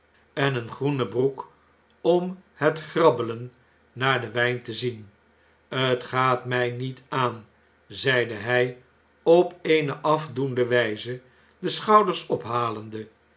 en eene groene broek om het grabbelen naar den wjjn te zien t gaat my niet aan zeide hjj op eene afdoende wjjze de schouders ophalende